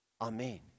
Amen